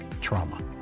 trauma